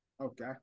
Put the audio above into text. Okay